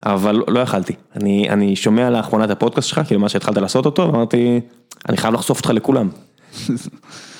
אבל לא יכלתי אני אני שומע לאחרונה את הפודקאסט שלך כאילו מאז שהתחלת לעשות אותו אמרתי אני חייב לחשוף אותך לכולם.